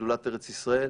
בשדולת ארץ ישראל,